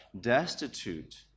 destitute